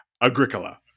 Agricola